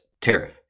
tariff